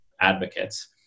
advocates